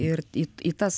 ir į į tas